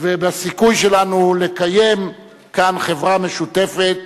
ובסיכוי שלנו לקיים כאן חברה משותפת,